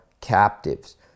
captives